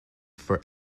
for